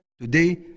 today